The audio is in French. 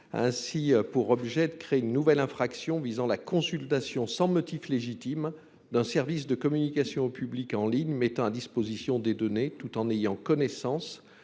a pour objet de créer une nouvelle infraction visant la consultation sans motif légitime d’un service de communication au public en ligne mettant à disposition des données tout en ayant connaissance